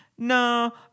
no